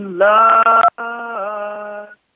love